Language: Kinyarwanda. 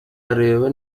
areba